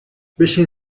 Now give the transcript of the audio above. بشین